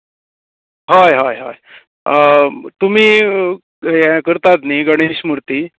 हय हय हय तुमी ये करतात न्ही गणेशमुर्ती